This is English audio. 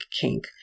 kink